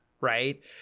right